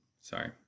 Sorry